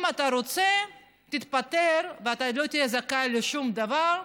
אם אתה רוצה, תתפטר, ואתה לא תהיה זכאי לשום דבר,